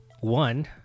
one